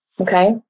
Okay